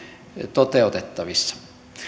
toteutettavissa